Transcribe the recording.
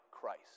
Christ